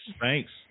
Thanks